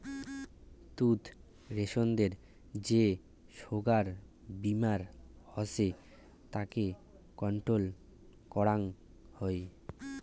তুত রেশমদের যে সোগায় বীমার হসে তাকে কন্ট্রোল করং হই